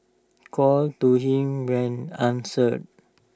calls to him went answered